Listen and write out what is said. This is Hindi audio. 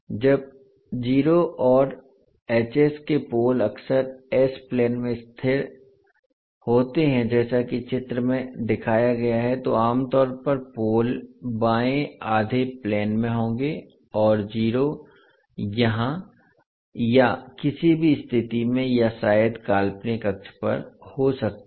अब ज़ेरोस और के पोल अक्सर एस प्लेन में स्थित होते हैं जैसा कि चित्र में दिखाया गया है तो आमतौर पर पोल बाएं आधे प्लेन में होंगे और ज़ीरो यहाँ या किसी भी स्थिति में या शायद काल्पनिक अक्ष पर हो सकते हैं